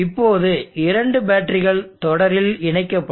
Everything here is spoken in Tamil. இப்போது இரண்டு பேட்டரிகள் தொடரில் இணைக்கப்படும்